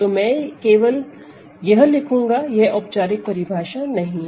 तो मैं केवल यह लिखूंगा यह औपचारिक परिभाषा नहीं है